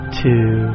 two